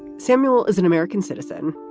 samuel is an american citizen,